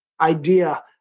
idea